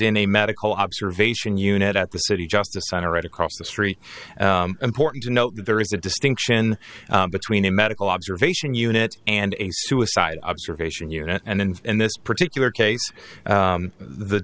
in a medical observation unit at the city justice center right across the street important to note that there is a distinction between a medical observation unit and a suicide observation unit and in this particular case